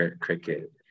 cricket